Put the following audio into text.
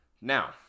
Now